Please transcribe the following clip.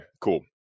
cool